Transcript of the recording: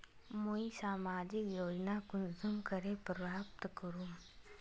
मुई सामाजिक योजना कुंसम करे प्राप्त करूम?